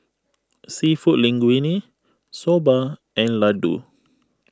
Seafood Linguine Soba and Ladoo